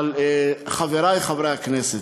אבל, חברי חברי הכנסת,